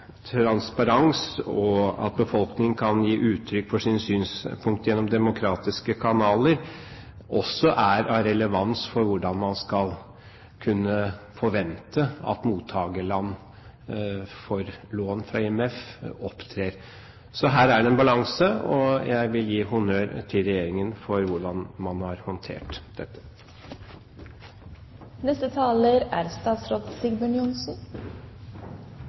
og at befolkningen kan gi uttrykk for sine synspunkter gjennom demokratiske kanaler, også er av relevans for hvordan man skal kunne forvente at mottakerland for lån fra IMF, opptrer. Så her er det en balansegang, og jeg vil gi honnør til regjeringen for hvordan man har håndtert dette. Det er